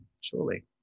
Surely